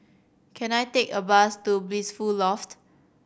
can I take a bus to Blissful Loft